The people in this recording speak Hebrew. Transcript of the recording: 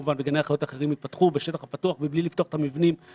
אני מוצאת שהוא מכיל את